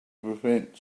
prevent